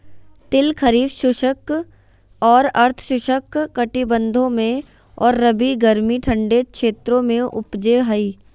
तिल खरीफ शुष्क और अर्ध शुष्क कटिबंधों में और रबी गर्मी ठंडे क्षेत्रों में उपजै हइ